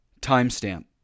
Timestamp